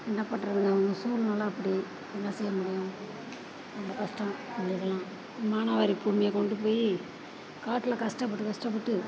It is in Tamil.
என்ன பண்ணுறதுங்க அவங்க சூழ்நெல அப்படி என்ன செய்ய முடியும் ரொம்ப கஷ்டம் எங்களுக்கெலாம் மானாவாரி பூமியை கொண்டுப் போயி காட்டில் கஷ்டப்பட்டு கஷ்டப்பட்டு